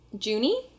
Junie